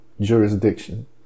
jurisdiction